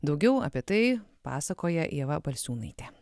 daugiau apie tai pasakoja ieva balsiūnaitė